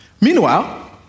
Meanwhile